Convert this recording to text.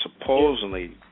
supposedly